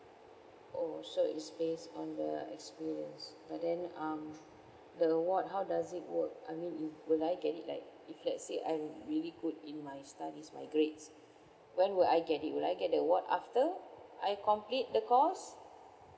oh so it's based on the experience but then um the award how does it work I mean if will I get it like if let's say I'm really good in my studies my grades when will I get it will I get the award after I complete the course